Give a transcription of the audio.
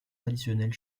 traditionnels